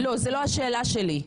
לא, זו לא השאלה שלי.